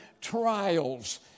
trials